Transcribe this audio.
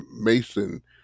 Mason